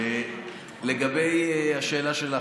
לגבי השאלה שלך,